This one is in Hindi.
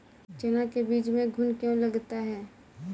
चना के बीज में घुन क्यो लगता है?